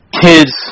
kids